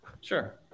Sure